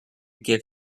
give